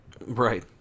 Right